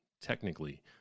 technically